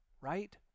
right